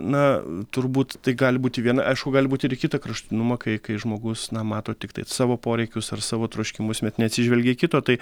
na turbūt tai gali būti viena aišku gali būt ir į kitą kraštutinumą kai kai žmogus na mato tiktai savo poreikius ar savo troškimus bet neatsižvelgia į kito tai